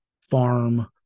farm